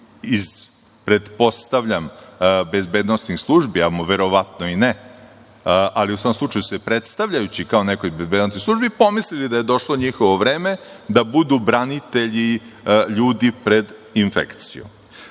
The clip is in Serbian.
iz, pretpostavljam, bezbednosnih službi, a verovatno i ne, ali u svakom slučaju predstavljajući se kao neko iz bezbednosnih službi, pomislili da je došlo njihovo vreme da budu branitelji ljudi pred infekcijom.Međutim,